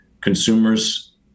consumers